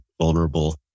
vulnerable